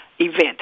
event